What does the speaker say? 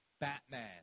Batman